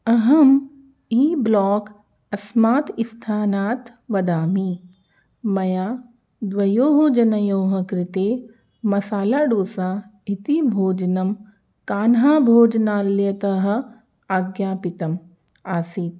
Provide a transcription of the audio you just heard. अहं E block अस्मात् स्थानात् वदामि मया द्वयोः जनयोः कृते मसालाडोसा इति भोजनं कान्हाभोजनालयतः आज्ञापितं आसीत्